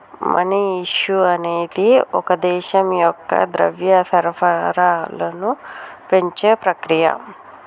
money issue అనేది ఒక దేశం యొక్క ద్రవ్య సరఫరాను పెంచే ప్రక్రియ